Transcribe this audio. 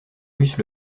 russes